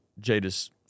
Jada's